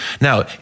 Now